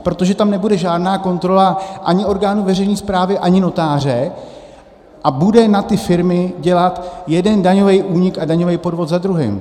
Protože tam nebude žádná kontrola ani orgánu veřejné správy, ani notáře a bude na ty firmy dělat jeden daňový únik a daňový podvod za druhým.